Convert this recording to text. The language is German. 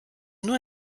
nur